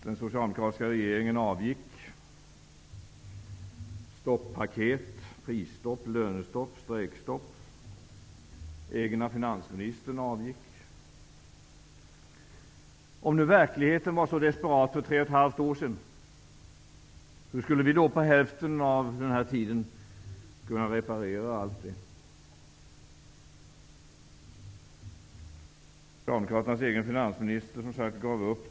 Den socialdemokratiska regeringen avgick. Om nu verkligheten var så desperat för tre och ett halvt år sedan, hur skulle vi då på hälften av den tiden kunna reparera allt? Socialdemokraternas egen finansminister gav upp, som sagt.